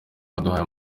waduhaye